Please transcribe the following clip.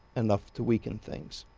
enough to weaken things.